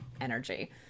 energy